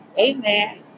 amen